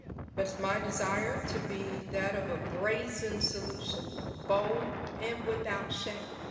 but it's my desire to be that of a brazen solution, bold, and without shame.